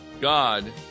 God